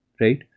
right